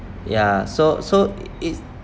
ya so so it's